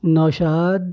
Naushad